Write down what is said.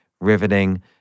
riveting